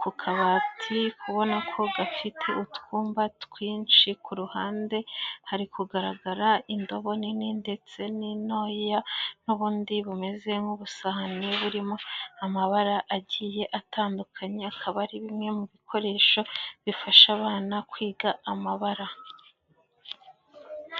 ku kabati, uri kubona ko gafite utwumba twinshi, ku ruhande hari kugaragara indobo nini ndetse n'intoya n'ubundi bumeze nk'ubusahane burimo amabara agiye atandukanye, akaba ari bimwe mu bikoresho bifasha abana kwiga amabara.